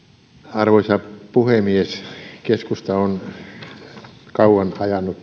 arvoisa puhemies keskusta on kauan